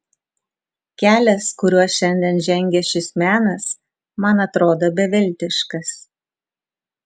kelias kuriuo šiandien žengia šis menas man atrodo beviltiškas